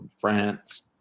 France